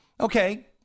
Okay